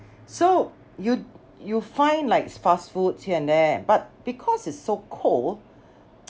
so you you find like fast foods here and there but because it's so cold